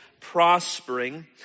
prospering